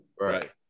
Right